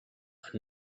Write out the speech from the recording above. that